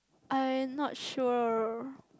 I not sure